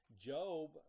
Job